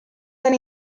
tan